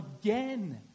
again